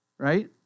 right